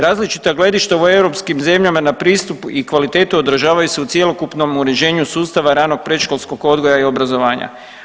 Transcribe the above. Različita gledišta u europskim zemljama na pristup i kvalitetu odražavaju u se u cjelokupnom uređenju sustava ranog predškolskog odgoja i obrazovanja.